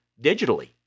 digitally